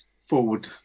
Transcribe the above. forward